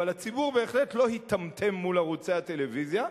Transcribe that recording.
אבל הציבור בהחלט לא היטמטם מול ערוצי הטלוויזיה.